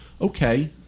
okay